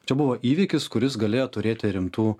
čia buvo įvykis kuris galėjo turėti rimtų